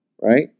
Right